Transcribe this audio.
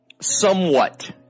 somewhat